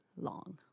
long